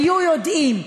היו יודעים.